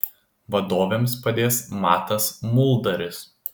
vadovėms padės matas muldaris